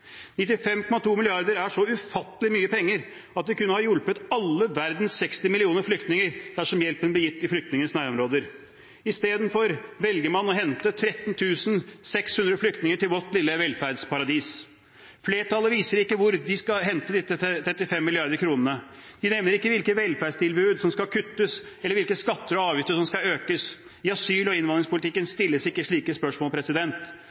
95,2 mrd. kr er så ufattelig mye penger at vi kunne ha hjulpet alle verdens 60 millioner flyktninger dersom hjelpen ble gitt i flyktningers nærområder. I stedet velger man å hente 13 600 flyktninger til vårt lille velferdsparadis. Flertallet viser ikke hvor de skal hente de 35 mrd. kr. De nevner ikke hvilke velferdstilbud som skal kuttes, eller hvilke skatter og avgifter som skal økes. I asyl- og innvandringspolitikken stilles ikke slike spørsmål.